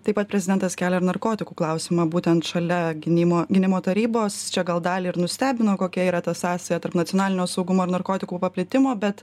taip pat prezidentas kelia ir narkotikų klausimą būtent šalia gynimo gynimo tarybos čia gal dalį ir nustebino kokia yra ta sąsaja tarp nacionalinio saugumo ir narkotikų paplitimo bet